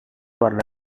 luar